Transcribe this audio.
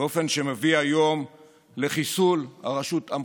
באופן שמביא היום לחיסול הרשות המחוקקת.